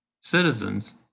citizens